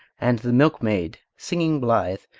and the milkmaid singing blithe,